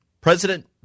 President